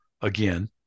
again